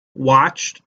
watched